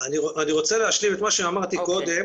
אני רוצה להשלים את מה שאמרתי קודם